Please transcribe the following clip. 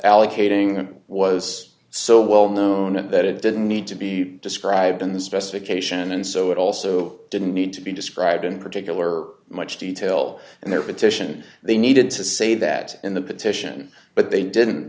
allocating it was so well known that it didn't need to be described in the specification and so it also didn't need to be described in particular much detail and their petition they needed to say that in the petition but they didn't